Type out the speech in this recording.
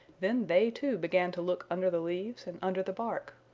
then they, too, began to look under the leaves and under the bark.